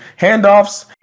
handoffs